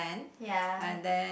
ya